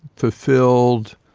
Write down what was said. fulfilled,